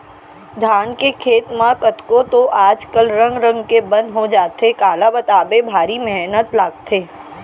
धान के खेत म कतको तो आज कल रंग रंग के बन हो जाथे काला बताबे भारी मेहनत लागथे